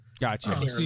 Gotcha